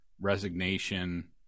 resignation